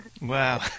Wow